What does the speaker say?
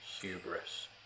hubris